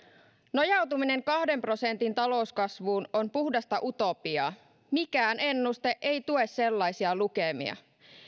nojautuminen kahden prosentin talouskasvuun on puhdasta utopiaa mikään ennuste ei tue sellaisia lukemia